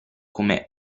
come